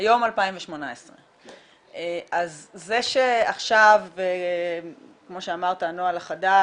היום 2018. זה שעכשיו כמו שאמרת הנוהל החדש,